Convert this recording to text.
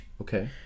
Okay